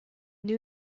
new